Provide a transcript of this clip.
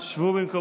אין שום בעיה.